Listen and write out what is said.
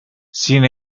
sin